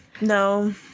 no